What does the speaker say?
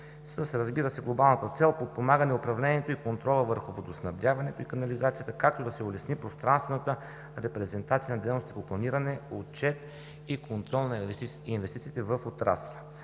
разбира се с глобалната цел подпомагане управлението и контрола върху водоснабдяването и канализацията, както и да се улесни пространствената репрезентация на дейностите по планиране, отчет и контрол на инвестициите в отрасъла.